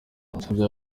yanasabye